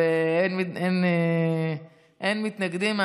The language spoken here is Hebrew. אין מתנגדים.